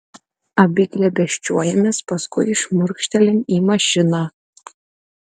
abi glėbesčiuojamės paskui šmurkštelim į mašiną